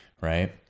right